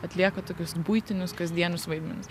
atlieka tokius buitinius kasdienius vaidmenims